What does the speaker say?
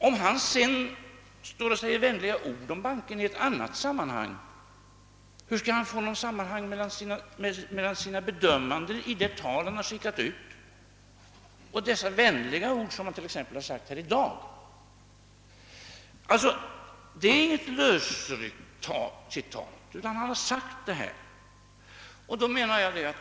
Om herr Hermansson sedan säger vänliga ord om banken i ett annat sammanhang, t.ex. här i dag, hur skall han då kunna åstadkomma någon överensstämmelse mellan sina bedömanden? Jag har alltså inte återgivit något lösryckt citat utan detta var faktiskt vad herr Hermansson sade om banken i sitt tal.